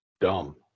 dumb